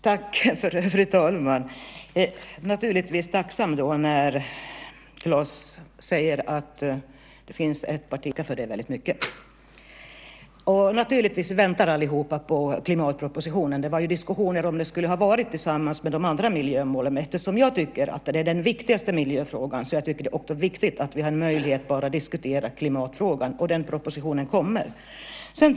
Fru talman! Jag är naturligtvis tacksam för att Claes säger att det finns ett parti som har en miljöpolitik. Det tackar jag så mycket för. Naturligtvis väntar allihop på klimatpropositionen. Det har ju varit diskussioner om det skulle ha varit tillsammans med de andra miljömålen. Men eftersom det, tycker jag, handlar om den viktigaste miljöfrågan är det viktigt att vi har möjlighet att diskutera bara klimatfrågan. Den propositionen kommer.